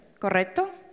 Correcto